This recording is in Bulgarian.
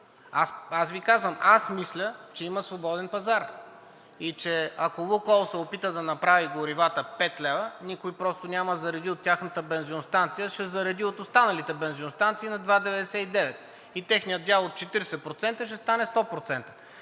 Аз Ви казвам – аз мисля, че има свободен пазар и че ако „Лукойл“ се опита да направи горивата 5 лева, никой просто няма да зареди от тяхната бензиностанция, а ще зареди от останалите бензиностанции на 2,99 и техният дял от 40% ще стане 100%.